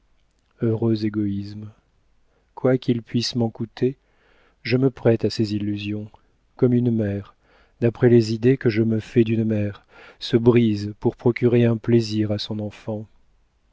heureux égoïsme quoi qu'il puisse m'en coûter je me prête à ses illusions comme une mère d'après les idées que je me fais d'une mère se brise pour procurer un plaisir à son enfant